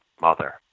mother